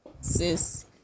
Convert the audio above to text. Sis